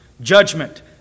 judgment